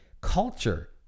Culture